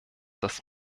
das